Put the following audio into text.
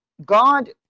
god